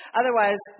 otherwise